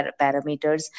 parameters